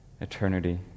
eternity